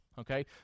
Okay